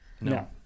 No